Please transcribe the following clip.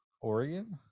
Oregon